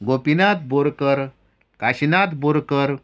Gopinath Borkar Kashinath Borkar